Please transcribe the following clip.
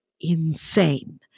insane